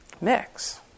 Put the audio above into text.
mix